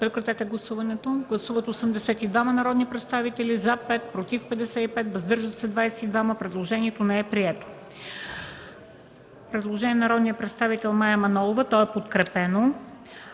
комисията не подкрепя. Гласували 82 народни представители: за 5, против 55, въздържали се 22. Предложението не е прието. Предложение на народния представител Мая Манолова – то е подкрепено.